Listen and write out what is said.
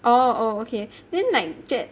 oh okay then like get